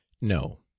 no